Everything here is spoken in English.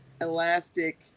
elastic